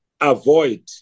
avoid